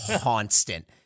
constant